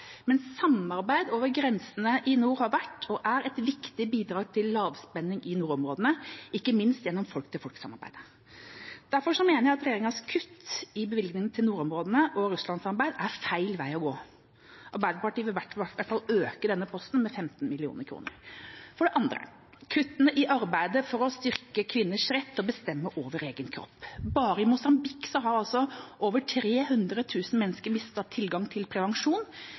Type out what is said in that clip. samarbeid over grensene i nord har vært, og er, et viktig bidrag til lavspenning i nordområdene, ikke minst gjennom folk-til-folk-samarbeidet. Derfor mener jeg regjeringas kutt i bevilgningene til nordområdene og Russland-samarbeid er feil vei å gå. Arbeiderpartiet vil i hvert fall øke denne posten med 15 mill. kr. Det andre er kuttene i arbeidet for å styrke kvinners rett til å bestemme over egen kropp. Bare i Mosambik har over 300 000 mennesker mistet tilgang til prevensjon